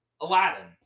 Aladdin